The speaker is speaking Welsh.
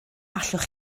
allwch